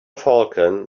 falcon